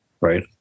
right